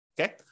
Okay